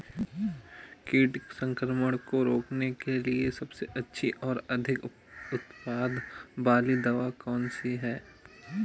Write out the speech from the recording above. कीट संक्रमण को रोकने के लिए सबसे अच्छी और अधिक उत्पाद वाली दवा कौन सी है?